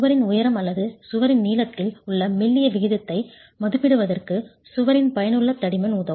சுவரின் உயரம் அல்லது சுவரின் நீளத்தில் உள்ள மெல்லிய விகிதத்தை மதிப்பிடுவதற்கு சுவரின் பயனுள்ள தடிமன் உதவும்